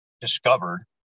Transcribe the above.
discovered